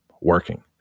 working